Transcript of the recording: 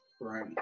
Right